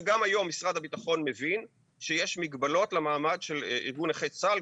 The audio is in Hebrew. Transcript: שגם היום משרד הביטחון מבין שיש מגבלות למעמד של ארגון נכי צה"ל,